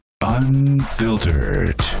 Unfiltered